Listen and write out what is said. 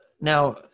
now